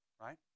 right